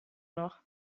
noch